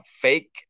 fake